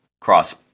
cross